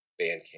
Bandcamp